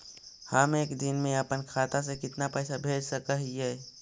हम एक दिन में अपन खाता से कितना पैसा भेज सक हिय?